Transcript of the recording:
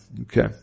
Okay